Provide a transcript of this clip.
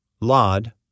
Lod